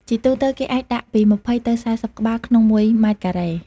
ជាទូទៅ គេអាចដាក់ពី ២០ ទៅ ៤០ ក្បាល ក្នុងមួយម៉ែត្រការ៉េ។